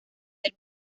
del